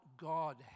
God